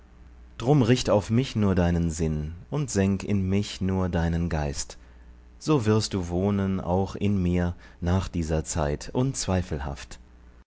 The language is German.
drum richt auf mich nur deinen sinn und senk in mich nur deinen geist so wirst du wohnen auch in mir nach dieser zeit unzweifelhaft